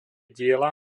diela